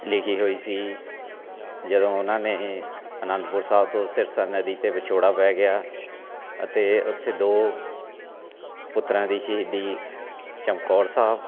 ਲਿਖੀ ਹੋਈ ਸੀ ਜਦੋਂ ਉਹਨਾਂ ਨੇ ਅਨੰਦਪੁਰ ਸਾਹਿਬ ਤੋਂ ਸਿਰਸਾ ਨਦੀ 'ਤੇ ਵਿਛੋੜਾ ਪੈ ਗਿਆ ਅਤੇ ਉੱਥੇ ਦੋ ਪੁੱਤਰਾਂ ਦੀ ਸ਼ਹੀਦੀ ਚਮਕੌਰ ਸਾਹਿਬ